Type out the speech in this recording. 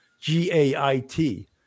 G-A-I-T